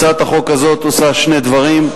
הצעת החוק הזאת עושה שני דברים: